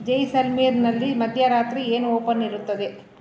ಜೈಸಲ್ಮೇರ್ನಲ್ಲಿ ಮಧ್ಯರಾತ್ರಿ ಏನು ಓಪನ್ ಇರುತ್ತದೆ